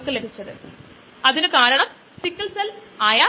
inhibition തരം inhibition സ്ഥിരത എന്നിവ നിർണ്ണയിക്കുക